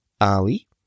Ali